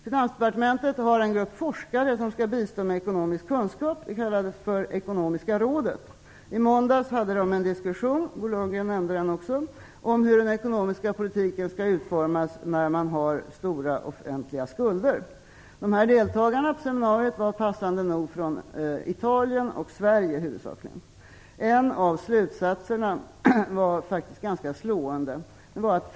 Finansdepartementet har en grupp forskare som skall bistå med ekonomisk kunskap, det s.k. Ekonomiska rådet. I måndags den hade en diskussion - Bo Lundgren nämnde den också - om hur den ekonomiska politiken skall utformas när man har stora offentliga skulder. Deltagarna kom passande nog från huvudsakligen Italien och Sverige. En av slutsatserna var faktiskt ganska slående.